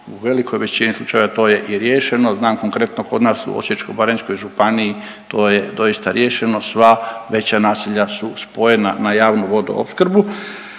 u velikoj većini slučajeva to je i riješeno. Znam konkretno kod nas u Osječko-baranjskoj županiji to je doista riješeno. Sva veća naselja su spojena na javnu vodoopskrbu.